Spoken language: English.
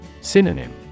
Synonym